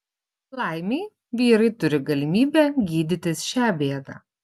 laimei vyrai turi galimybę gydytis šią bėdą